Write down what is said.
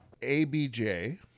ABJ